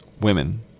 women